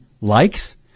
likes